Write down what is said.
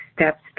steps